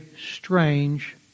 strange